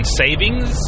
savings